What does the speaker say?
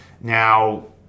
Now